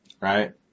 right